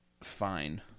fine